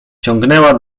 ciągnęła